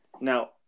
Now